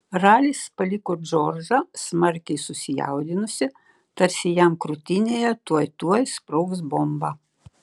ralis paliko džordžą smarkiai susijaudinusį tarsi jam krūtinėje tuoj tuoj sprogs bomba